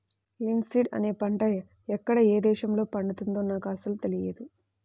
linseed అనే పంట ఎక్కడ ఏ దేశంలో పండుతుందో నాకు అసలు తెలియదు